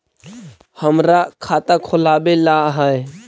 हमरा खाता खोलाबे ला है?